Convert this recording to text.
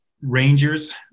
rangers